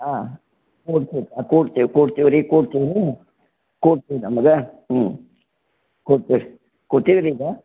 ಹಾಂ ಕೂಡ್ತಿವಿ ಹಾಂ ಕೂಡ್ತಿವಿ ಕೂಡ್ತಿವಿ ರೀ ಕೂಡ್ತಿವಿ ಕೂಡ್ತಿವಿ ನಮ್ಗೆ ಹ್ಞೂ ಕೂಡ್ತಿವಿ ರೀ ಕೂತಿವಿ ರೀ ಈಗ